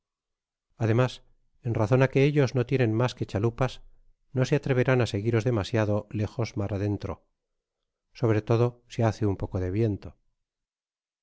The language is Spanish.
además én razon á qtiv ellos no tienen mas que chalupas no se atreverán á seguíros demasiado lejos mar adentro sobre todo si hace tín poco de viento